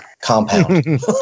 compound